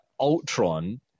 Ultron